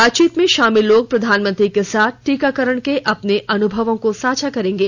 बातचीत में शामिल लोग प्रधानमंत्री के साथ टीकाकरण के अपने अनुभवों को साझा करेंगे